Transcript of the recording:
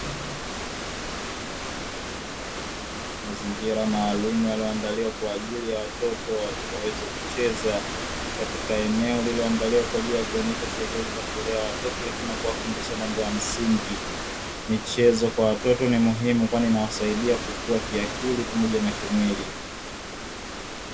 Mazingira maalumu yaliyoandaliwa kwa ajili ya watoto waweze kucheza, katika eneo lililoandaliwa kwa ajili ya kuendesha shughuli za kulea watoto lakini na kuwafundisha mambo ya msingi, michezo kwa watoto ni muhimu kwani inawasaidia kukua kiakili pamoja na kimwili.